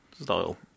style